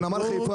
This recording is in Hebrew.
נמל חיפה,